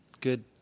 Good